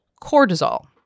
cortisol